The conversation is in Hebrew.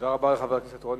תודה רבה לחבר הכנסת בר-און,